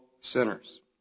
sinners